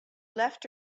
left